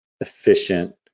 efficient